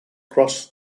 cross